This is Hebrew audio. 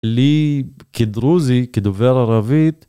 לי כדרוזי כדובר ערבית.